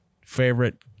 favorite